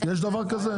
יש דבר כזה?